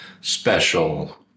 special